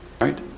right